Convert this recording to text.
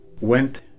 went